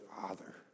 Father